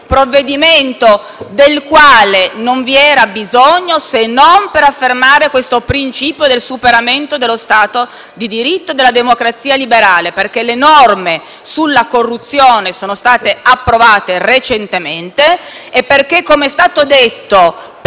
provvedimento in titolo, del quale non vi era bisogno se non per affermare il principio del superamento dello Stato di diritto e della democrazia liberale, perché le norme sulla corruzione sono state approvate recentemente e perché, come è stato detto, per